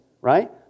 right